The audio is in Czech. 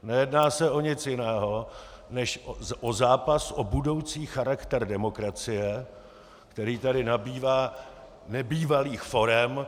Nejedná se o nic jiného než o zápas o budoucí charakter demokracie, který tady nabývá nebývalých forem.